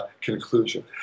conclusion